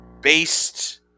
based